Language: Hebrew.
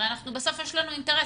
הרי בסוף יש לנו אינטרס.